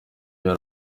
iyo